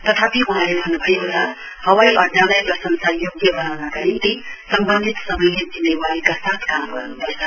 तथापि वहाँले भन्न् भएको छ हवाइ अङ्डालाई प्रंशसा योग्य बनाउनका निम्ति सम्बन्धित सबैले जिम्मेवारीका साथ काम गर्न् पर्छ